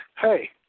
hey